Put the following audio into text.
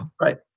right